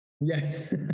Yes